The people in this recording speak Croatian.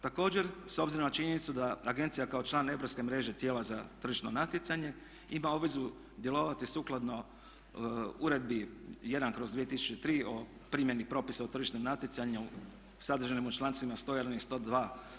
Također, s obzirom na činjenicu da agencija kao član europske mreže tijela za tržišno natjecanje ima obvezu djelovati sukladno uredbi 1/2003 o primjeni propisa o tržišnom natjecanju sadržanim u člancima 101 i 102.